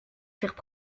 furent